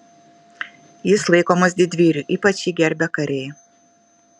jis laikomas didvyriu ypač jį gerbia kariai